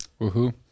Woohoo